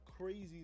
crazy